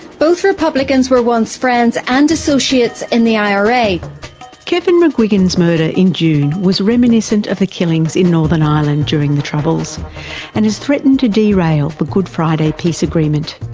both republicans were once friends and associates in the ira. kevin mcguigan's murder in june was reminiscent of the killings in northern ireland during the troubles and has threatened to derail the good friday peace agreement.